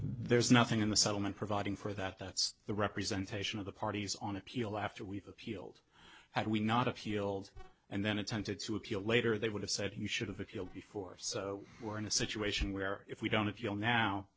there's nothing in the settlement providing for that that's the representation of the parties on appeal after we've appealed had we not appealed and then attempted to appeal later they would have said you should have akil before so we're in a situation where if we don't